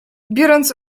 biorąc